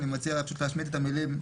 אני מציע להשמיט את המילים: